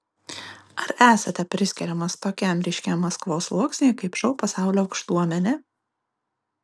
ar esate priskiriamas tokiam ryškiam maskvos sluoksniui kaip šou pasaulio aukštuomenė